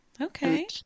Okay